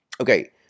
Okay